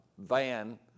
van